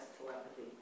telepathy